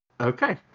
Okay